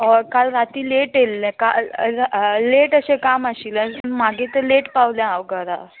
हय काल राती लेट येल्लें काल लेट अशें काम आशिल्लें म्हूण मागीर तें लेट पावलें हांव घरा